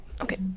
Okay